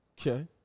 Okay